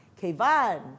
kevan